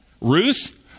Ruth